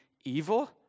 evil